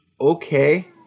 okay